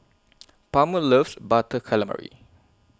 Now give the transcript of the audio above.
Palmer loves Butter Calamari